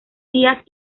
tías